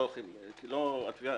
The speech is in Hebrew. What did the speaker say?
כשלא מדובר